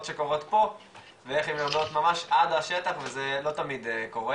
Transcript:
שקורות פה ואיך הן יורדות ממש עד השטח וזה לא תמיד קורה,